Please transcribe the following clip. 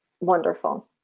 wonderful